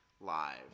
live